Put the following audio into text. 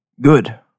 good